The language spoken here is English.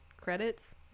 credits